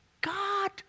God